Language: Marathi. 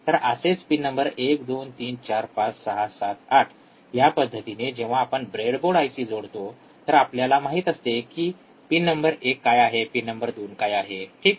तर असेच पिन नंबर १२३४५६७८ या पद्धतीने जेव्हा आपण ब्रेडबोर्डवर आयसी जोडतो तर आपल्याला माहित असते कि पिन नंबर १ काय आहे पिन नंबर २ काय आहे ठीक